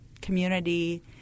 community